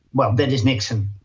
well, that is niksen,